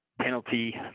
penalty